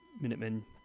Minutemen